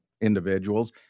individuals